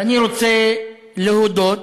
ואני רוצה להודות